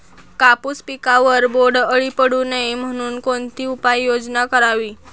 कापूस पिकावर बोंडअळी पडू नये म्हणून कोणती उपाययोजना करावी?